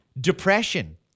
depression